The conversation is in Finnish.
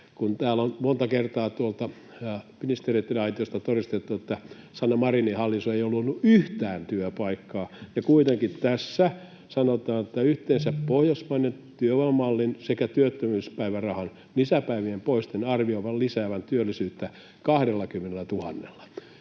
täällä on monta kertaa tuolta ministereitten aitiosta todistettu, että Sanna Marinin hallitus ei ole luonut yhtään työpaikkaa, niin kuitenkin tässä sanotaan, että ”yhteensä pohjoismaisen työvoimamallin sekä työttömyyspäivärahan lisäpäivien poiston arvioidaan lisäävän työllisyyttä 20